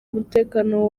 umutekano